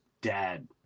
dad